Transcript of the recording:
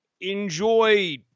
enjoy